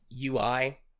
UI